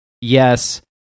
yes